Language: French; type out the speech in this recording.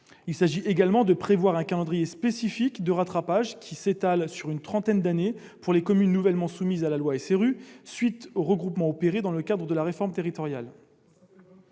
a également prévu un calendrier spécifique de rattrapage s'étalant sur une trentaine d'années pour les communes nouvellement soumises à la loi SRU, à la suite des regroupements opérés dans le cadre de la réforme territoriale.